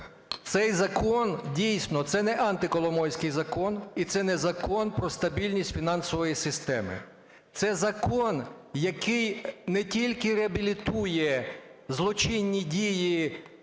Цей закон, дійсно, це "антиколомойський" закон і це не закон про стабільність фінансової системи. Це закон, який не тільки реабілітує злочинні дії посадових